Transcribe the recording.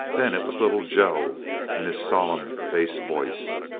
then it was little joe in his solemn bass voice.